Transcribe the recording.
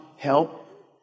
help